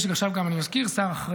אני גם מזכיר: יש עכשיו שר אחראי,